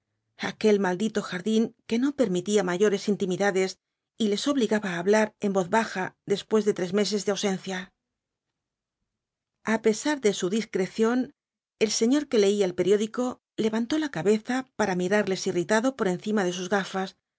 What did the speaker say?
aquel maldito jardín que no permitía mayores intimidades y les obligaba á hablar en voz taja después de tres meses de ausencia a pesar v bliasoo ibáñbz de u discreción el señor que leía el periódico levantó la cabeza para mirarles irritado por encima de sus gafas